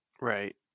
right